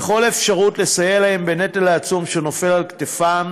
וכל אפשרות לסייע להן בנטל העצום שנופל על כתפן,